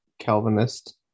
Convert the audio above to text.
Calvinist